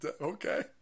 okay